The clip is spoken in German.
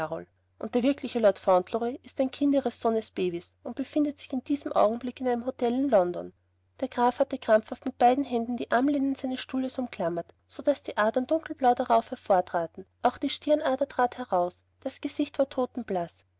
und der wirkliche lord fauntleroy ist ein kind ihres sohnes bevis und befindet sich in diesem augenblick in einem hotel garni in london der graf hatte krampfhaft mit beiden händen die armlehnen seines stuhles umklammert so daß die adern dunkelblau darauf hervortraten auch die stirnader trat heraus das gesicht war totenblaß